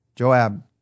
Joab